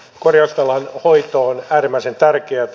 korjausvelan hoito on äärimmäisen tärkeätä